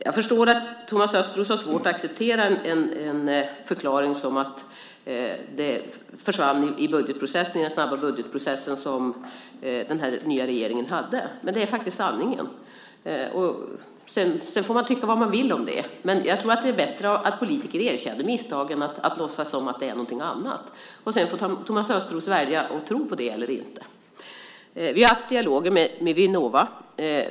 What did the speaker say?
Jag förstår att Thomas Östros har svårt att acceptera en förklaring som att det försvann i den snabba budgetprocess som den nya regeringen hade, men det är faktiskt sanningen. Sedan får man tycka vad man vill om det. Men jag tror att det är bättre att politiker erkänner misstag än att man låtsas som om det är någonting annat. Thomas Östros får välja att tro på det eller inte. Vi har haft dialoger med Vinnova.